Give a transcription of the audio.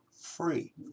free